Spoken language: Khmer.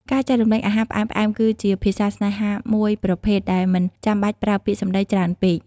ការចែករំលែកអាហារផ្អែមៗគឺជាភាសាស្នេហាមួយប្រភេទដែលមិនចាំបាច់ប្រើពាក្យសម្តីច្រើនពេក។